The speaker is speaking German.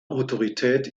autorität